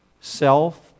self